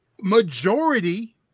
majority